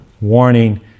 warning